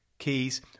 keys